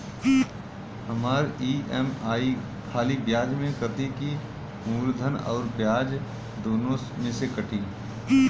हमार ई.एम.आई खाली ब्याज में कती की मूलधन अउर ब्याज दोनों में से कटी?